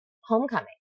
homecoming